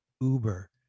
uber